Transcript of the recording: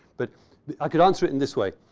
but i can answer it in this way.